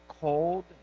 cold